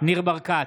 ניר ברקת,